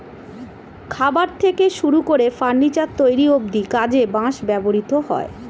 খাবার থেকে শুরু করে ফার্নিচার তৈরি অব্ধি কাজে বাঁশ ব্যবহৃত হয়